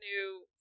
new